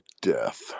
death